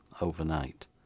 overnight